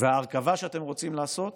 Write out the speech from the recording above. וההרכבה שאתם רוצים לעשות